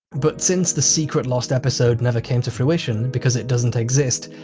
but since the secret lost episode never came to fruition, because it doesn't exist,